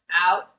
out